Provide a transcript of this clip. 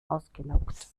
ausgelaugt